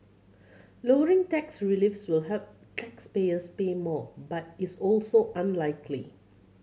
lowering tax reliefs will have taxpayers pay more but is also unlikely